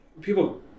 people